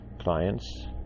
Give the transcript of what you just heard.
clients